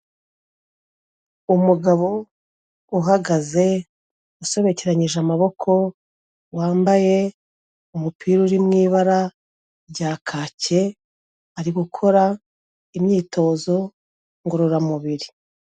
Umugabo uhagaze, usobekeranyije amaboko wambaye umupira uri mu ibara rya kake, ari gukora imyitozo ngororamubiri.